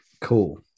cool